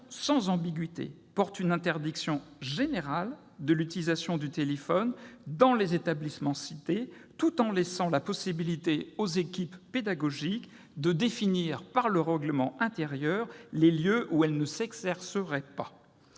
sans ambiguïté marque une interdiction générale de l'utilisation du téléphone dans les établissements cités, tout en laissant la possibilité aux équipes pédagogiques de définir, par le biais du règlement intérieur, les lieux où elle ne s'exercerait pas.